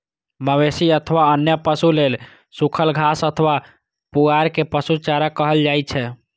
मवेशी अथवा अन्य पशु लेल सूखल घास अथवा पुआर कें पशु चारा कहल जाइ छै